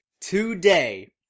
Today